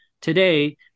Today